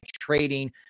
trading